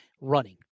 running